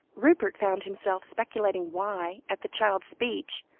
rupert found himself speculating why, at the child's speech,